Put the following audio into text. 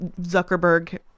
Zuckerberg